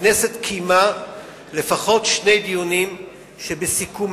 הכנסת קיימה לפחות שני דיונים שבסיכומיהם